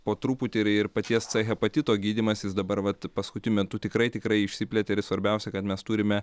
po truputį ir ir paties hepatito gydymas jis dabar vat paskutiniu metu tikrai tikrai išsiplėtė ir svarbiausia kad mes turime